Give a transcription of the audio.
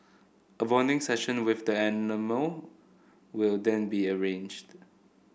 a bonding session with the animal will then be arranged